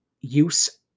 use